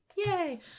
Yay